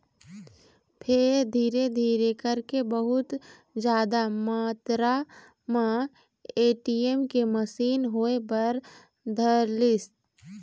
फेर धीरे धीरे करके बहुत जादा मातरा म ए.टी.एम के मसीन होय बर धरलिस